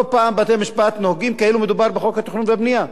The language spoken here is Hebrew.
לא פעם בתי-משפט נוהגים כאילו מדובר בחוק התכנון והבנייה,